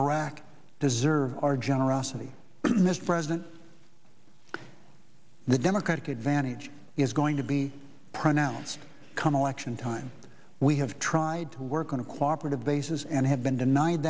iraq deserve our generosity mr president the democratic advantage is going to be pronounced come election time we have tried to work on a cooperate of basis and have been denied